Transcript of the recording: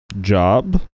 Job